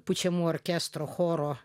pučiamųjų orkestro choro